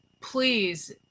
please